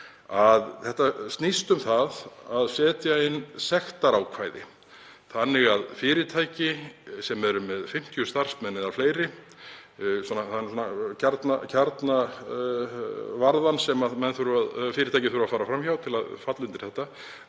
að þetta snýst um að setja inn sektarákvæði þannig að fyrirtæki sem eru með 50 starfsmenn eða fleiri, það er varðan sem menn þurfa að fara fram hjá til að falla undir þetta,